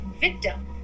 victim